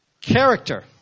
Character